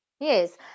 yes